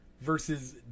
versus